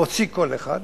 להוציא קול אחד,